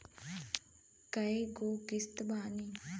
कय गो किस्त बानी?